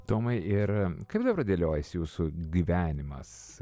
tomai ir kaip dabar dėliojasi jūsų gyvenimas